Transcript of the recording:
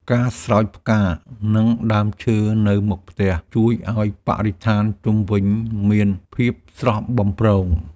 ការស្រោចផ្កា និងដើមឈើនៅមុខផ្ទះ ជួយឱ្យបរិស្ថានជុំវិញមានភាពស្រស់បំព្រង។